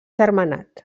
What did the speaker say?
termenat